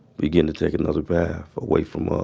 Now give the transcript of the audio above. begin to take another path away from ah